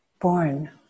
Born